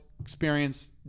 experience